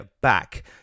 back